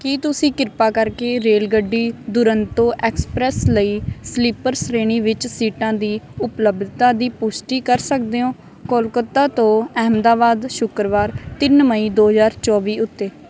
ਕੀ ਤੁਸੀਂ ਕਿਰਪਾ ਕਰਕੇ ਰੇਲਗੱਡੀ ਦੁਰੰਤੋ ਐਕਸਪ੍ਰੈਸ ਲਈ ਸਲੀਪਰ ਸ਼੍ਰੇਣੀ ਵਿੱਚ ਸੀਟਾਂ ਦੀ ਉਪਲੱਬਧਤਾ ਦੀ ਪੁਸ਼ਟੀ ਕਰ ਸਕਦੇ ਹੋ ਕੋਲਕਾਤਾ ਤੋਂ ਅਹਿਮਦਾਬਾਦ ਸ਼ੁੱਕਰਵਾਰ ਤਿੰਨ ਮਈ ਦੋ ਹਜ਼ਾਰ ਚੌਵੀ ਉੱਤੇ